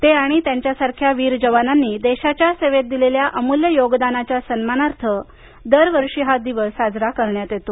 ते आणि त्यांच्यासारख्या वीर जवानांनी देशाच्या सेवेत दिलेल्या अमूल्य योगदानाच्या सन्मानार्थ दरवर्षी हा दिवस साजरा करण्यात येतो